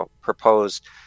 proposed